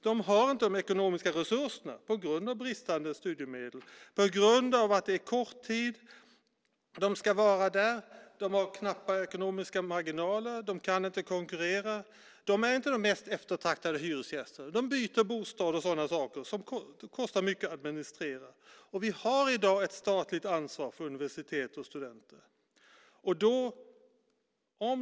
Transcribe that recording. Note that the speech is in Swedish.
De har inte de ekonomiska resurserna på grund av bristande studiemedel. De ska vara på orten en kort tid. De har knappa ekonomiska marginaler. De kan inte konkurrera. De är inte de mest eftertraktade hyresgästerna. De byter bostad, och det kostar mycket att administrera. Vi har i dag ett statligt ansvar för universitet och studenter.